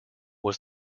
was